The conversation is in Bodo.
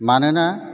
मानोना